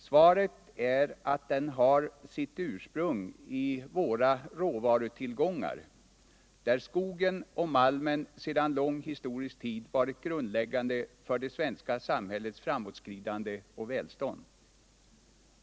Svaret är att de alla gäller våra råvarutillgångar, där skogen och malmen sedan historisk tid varit grunden för det svenska samhällets framåtskridande och välstånd.